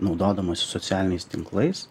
naudodamosios socialiniais tinklais